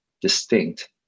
distinct